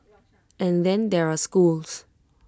and then there are schools